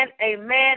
amen